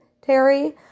Terry